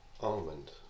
Almond